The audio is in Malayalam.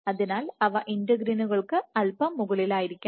അതിനാൽ അവ ഇന്റഗ്രിനുകൾക്ക് അല്പം മുകളിലായിരിക്കണം